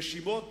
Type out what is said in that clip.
נשימות,